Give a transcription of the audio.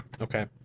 okay